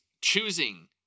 choosing